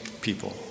people